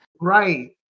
right